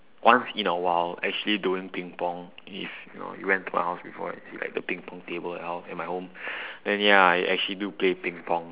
once in a while actually doing ping-pong if you know you went to my house before and see like the ping-pong table and all at my home then ya I actually do play ping-pong